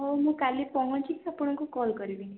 ହଉ ମୁଁ କାଲି ପହଞ୍ଚିକି ଆପଣଙ୍କୁ କଲ୍ କରିବି